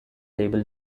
label